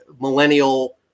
millennial